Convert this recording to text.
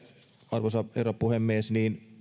arvoisa herra puhemies